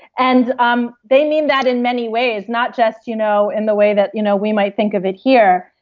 and um they mean that in many ways, not just you know in the way that you know we might think of it here.